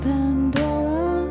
Pandora